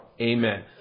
Amen